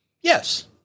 Yes